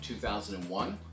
2001